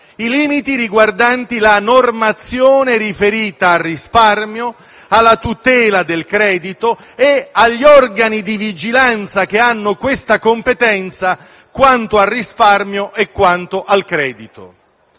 i limiti riguardanti la normazione riferita al risparmio, alla tutela del credito e agli organi di vigilanza, che hanno questa competenza quanto al risparmio e al credito.